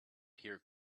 here